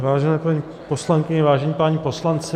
Vážené paní poslankyně, vážení páni poslanci.